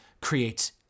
creates